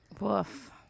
Woof